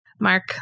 Mark